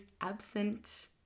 absent